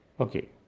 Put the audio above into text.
Okay